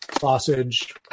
sausage